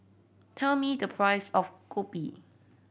tell me the price of kopi